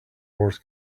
wars